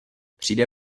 přijde